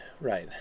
right